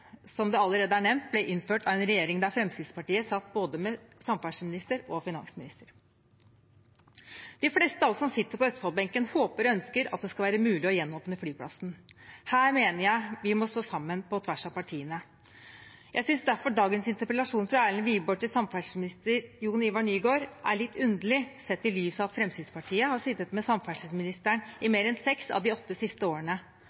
allerede nevnt, innført av en regjering der Fremskrittspartiet satt med både samferdselsminister og finansminister. De fleste av oss som sitter på østfoldbenken, håper og ønsker at det skal være mulig å gjenåpne flyplassen. Her mener jeg vi må stå sammen på tvers av partiene. Jeg synes derfor dagens interpellasjon fra Erlend Wiborg til samferdselsminister Jon-Ivar Nygård er litt underlig sett i lys av at Fremskrittspartiet har sittet med samferdselsministeren i mer enn seks av de åtte siste årene.